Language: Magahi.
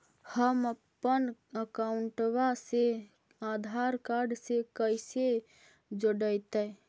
हमपन अकाउँटवा से आधार कार्ड से कइसे जोडैतै?